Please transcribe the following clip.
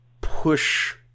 push